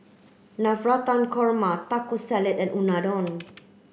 Navratan Korma Taco Salad and Unadon